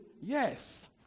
Yes